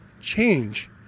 change